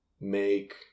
make